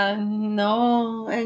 No